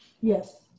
Yes